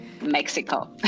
Mexico